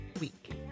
week